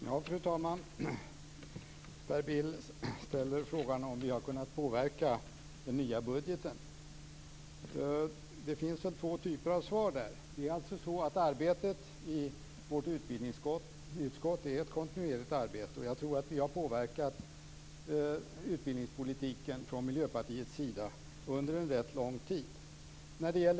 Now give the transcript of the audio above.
Fru talman! Per Bill undrade om vi har kunnat påverka den nya budgeten. Det finns två typer av svar. Arbetet i utbildningsutskottet är ett kontinuerligt arbete. Jag tror att vi från Miljöpartiet har påverkat utbildningspolitiken under en rätt lång tid.